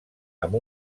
amb